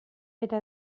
eta